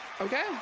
okay